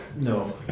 no